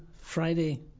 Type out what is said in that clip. Friday